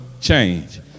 change